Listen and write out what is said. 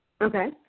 Okay